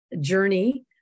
journey